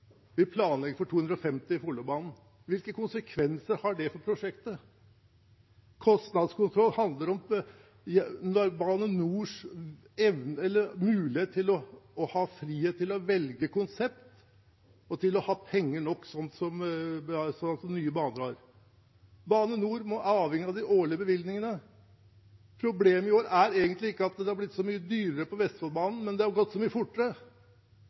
vi planlegger for 250 km/t når det gjelder Follobanen. Hvilke konsekvenser har det for prosjektet? Kostnadskontroll handler om Bane NORs mulighet til å ha frihet til å velge konsept og til å ha penger nok, sånn som et «Nye Baner». Bane NOR er avhengig av de årlige bevilgningene. Problemet i år er egentlig ikke at det har blitt så mye dyrere på Vestfoldbanen, men det har gått så mye fortere.